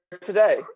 today